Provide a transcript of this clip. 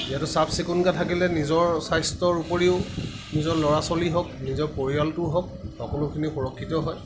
যিহেতু চাফ চিকুণকৈ থাকিলে নিজৰ স্বাস্থ্যৰ উপৰিও নিজৰ ল'ৰা ছোৱালী হওক নিজৰ পৰিয়ালটো হওক সকলোখিনি সুৰক্ষিত হয়